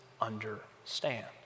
understand